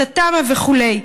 את התמ"א וכו'.